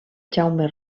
jaume